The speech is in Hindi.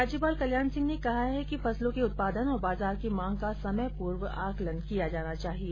राज्यपाल कल्याण सिंह ने कहा है कि फसलों के उत्पादन और बाजार की मांग का समय पूर्व आकलन किया जाना चाहिए